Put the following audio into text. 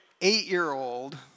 eight-year-old